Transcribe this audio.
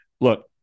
look